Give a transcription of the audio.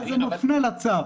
ואז זה מפנה לצו.